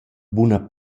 buna